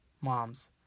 moms